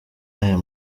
aya